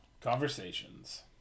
Conversations